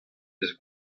eus